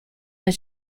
that